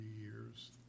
years